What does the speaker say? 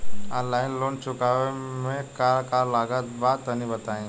Online loan चुकावे म का का लागत बा तनि बताई?